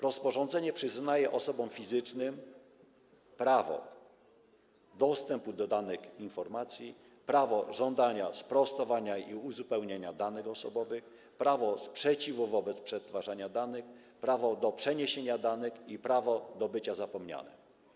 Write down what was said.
Rozporządzenie przyznaje osobom fizycznym prawo dostępu do danych informacji, prawo żądania sprostowania i uzupełnienia danych osobowych, prawo sprzeciwu wobec przetwarzania danych, prawo do przeniesienia danych i prawo do bycia zapomnianym.